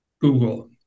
Google